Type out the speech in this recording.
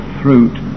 fruit